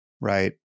right